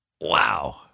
Wow